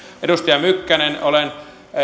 edustaja mykkänen olen